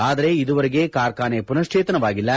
ಆದರೆ ಇದುವರೆಗೆ ಕಾರ್ಖಾನೆ ಪುನಶ್ಚೇತನವಾಗಿಲ್ಲ